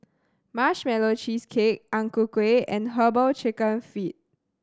Marshmallow Cheesecake Ang Ku Kueh and Herbal Chicken Feet